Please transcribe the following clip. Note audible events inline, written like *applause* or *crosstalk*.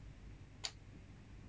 *noise*